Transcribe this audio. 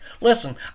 Listen